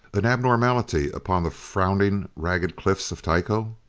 an abnormality upon the frowning ragged cliffs of tycho?